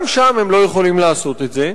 גם שם הם לא יכולים לעשות את זה,